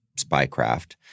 spycraft